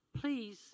please